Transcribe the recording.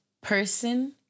person